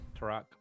Tarak